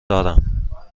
دارم